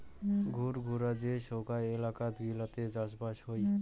ঘুরঘুরা যে সোগায় এলাকাত গিলাতে চাষবাস হই